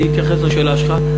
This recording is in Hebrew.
אני אתייחס לשאלה שלך.